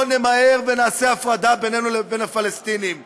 נמהר ונעשה הפרדה בינינו לבין הפלסטינים.